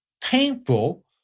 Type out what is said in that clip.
painful